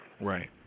right